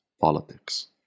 politics